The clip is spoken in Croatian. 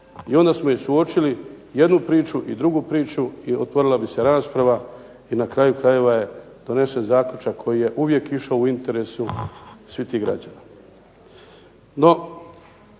i onda smo suočili jednu priču i drugu priču, i otvorila bi se rasprava i na kraju krajeva je donesen zaključak koji je uvijek išao u interesu svih tih građana.